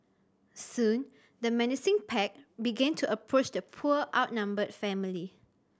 soon the menacing pack began to approach the poor outnumbered family